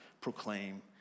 proclaim